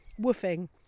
woofing